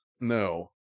No